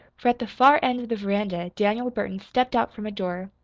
for at the far end of the veranda daniel burton stepped out from a door,